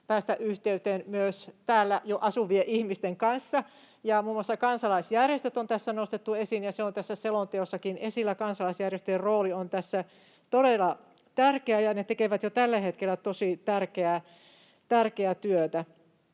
päästä yhteyteen myös täällä jo asuvien ihmisten kanssa. Muun muassa kansalaisjärjestöt on tässä nostettu esiin, ja se on tässä selonteossakin esillä. Kansalaisjärjestöjen rooli on tässä todella tärkeä, ja ne tekevät jo tällä hetkellä tosi tärkeää työtä.